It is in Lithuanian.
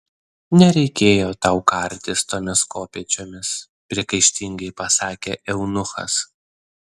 nereikėjo tau kartis tomis kopėčiomis priekaištingai pasakė eunuchas